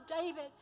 David